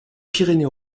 pyrénées